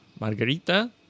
Margarita